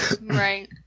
Right